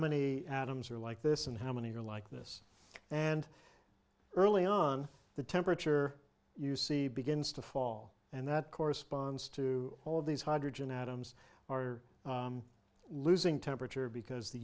many atoms are like this and how many are like this and early on the temperature you see begins to fall and that corresponds to all these hydrogen atoms are losing temperature because the